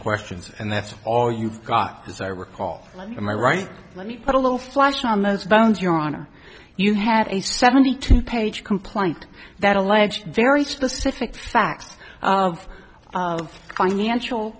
questions and that's all you've got as i recall i my right let me put a little flesh on those bones your honor you had a seventy two page complaint that alleged very specific facts of financial